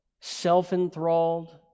self-enthralled